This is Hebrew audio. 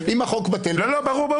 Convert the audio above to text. אם החוק בטל --- לא, ברור.